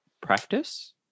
practice